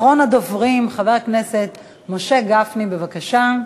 אחרון הדוברים, חבר הכנסת משה גפני, בבקשה.